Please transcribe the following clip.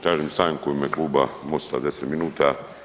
Tražim stanku u ime kluba MOST-a od 10 minuta.